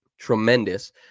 Tremendous